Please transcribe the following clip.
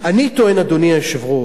אני טוען, אדוני היושב-ראש,